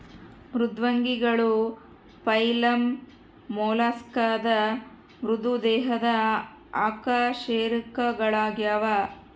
ಮೃದ್ವಂಗಿಗಳು ಫೈಲಮ್ ಮೊಲಸ್ಕಾದ ಮೃದು ದೇಹದ ಅಕಶೇರುಕಗಳಾಗ್ಯವ